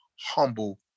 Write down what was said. humble